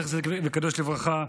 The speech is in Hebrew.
זכר צדיק וקדוש לברכה,